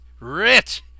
Rich